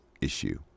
issue